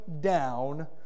down